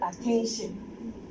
attention